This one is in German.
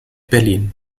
berlin